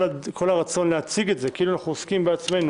כל הרצון להציג את זה כאילו אנחנו עוסקים בעצמנו,